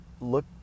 look